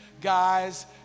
Guys